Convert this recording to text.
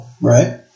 Right